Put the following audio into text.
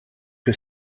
que